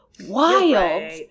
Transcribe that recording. Wild